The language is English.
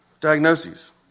diagnoses